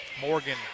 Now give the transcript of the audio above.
Morgan